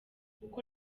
uko